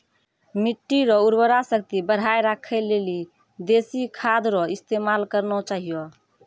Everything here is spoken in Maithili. मिट्टी रो उर्वरा शक्ति बढ़ाएं राखै लेली देशी खाद रो इस्तेमाल करना चाहियो